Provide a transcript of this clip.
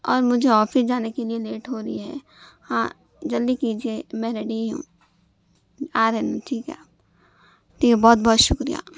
اور مجھے آفس جانے کے لیے لیٹ ہو رہی ہے ہاں جلدی کیجئے میں ریڈی ہی ہوں آ رہے ہیں ٹھیک ہے ٹھیک ہے بہت بہت شکریہ